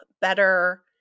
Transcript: better